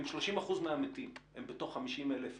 אם 30% מהמתים הם בתוך 50,000 מהאוכלוסייה,